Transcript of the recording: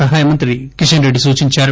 సహాయ మంత్రి కిషన్రెడ్డి సూచించారు